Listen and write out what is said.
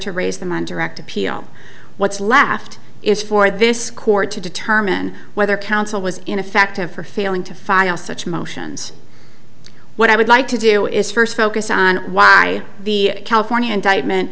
to raise the money directly peel what's left is for this court to determine whether counsel was ineffective for failing to file such motions what i would like to do is first focus on why the california indictment